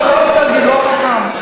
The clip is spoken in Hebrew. לא חכם.